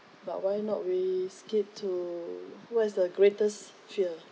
but why not we skip to what is the greatest fear